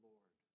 Lord